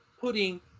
putting